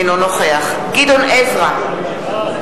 אינו נוכח גדעון עזרא,